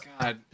God